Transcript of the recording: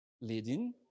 leading